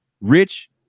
rich